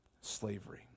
slavery